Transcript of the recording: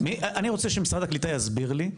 אני רוצה שמשרד הקליטה יסביר לי,